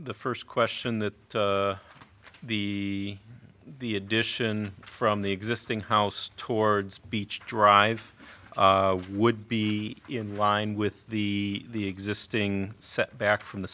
the first question that the the addition from the existing house towards beach drive would be in line with the existing set back from the